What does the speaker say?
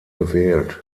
gewählt